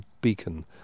beacon